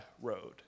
road